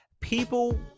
people